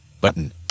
Button